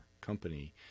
company